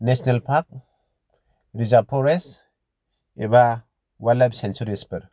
national park reserve forest एबा wildlife सेन्सुरिसफोर